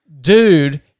dude